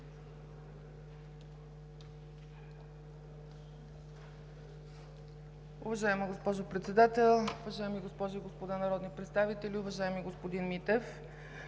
Уважаема госпожо Председател, уважаеми госпожи и господа народни представители! Уважаема госпожо Иванова,